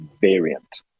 variant